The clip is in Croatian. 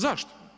Zašto?